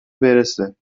برسه